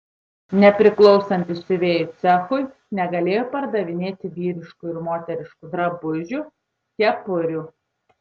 nepriklausantys siuvėjų cechui negalėjo pardavinėti vyriškų ir moteriškų drabužių kepurių